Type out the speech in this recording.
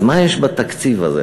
אז מה יש בתקציב הזה,